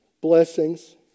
blessings